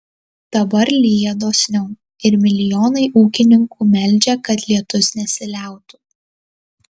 dabar lyja dosniau ir milijonai ūkininkų meldžia kad lietus nesiliautų